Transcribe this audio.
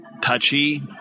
touchy